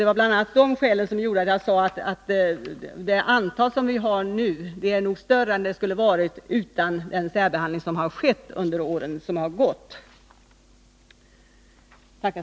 Det var bl.a. de skälen som gjorde att jag sade att det nuvarande antalet nog är större än det skulle varit utan den särbehandling som skett under tidigare år.